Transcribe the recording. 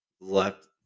left